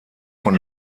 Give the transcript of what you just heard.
von